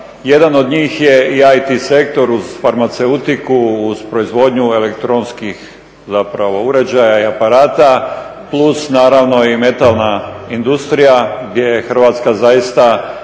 Jedan od njih je i IT sektor uz farmaceutiku, uz proizvodnju elektronskih uređaja i aparata, plus naravno i metalna industrija gdje Hrvatska zaista